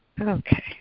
Okay